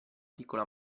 piccola